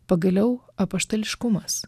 pagaliau apaštališkumas